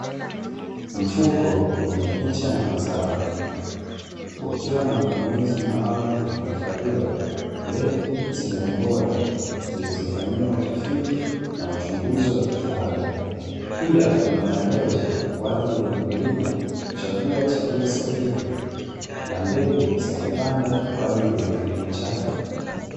Mfuko wenye picha ya mazao ukiwa na matumizi maalumu ya kuhifadhiwa mbegu zenye ubora zilizofanyiwa utafiti na uchunguzi wa kitaalamu, pia una maelezo kwa ajili ya mkulima kuchagua chaguo sahihi la mbegu za kupanda kwa ajili ya kilimo chake.